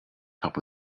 top